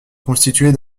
constituée